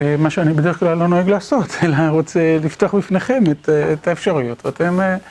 מה שאני בדרך כלל לא נוהג לעשות, אלא רוצה לפתוח בפניכם את האפשרויות ואתם...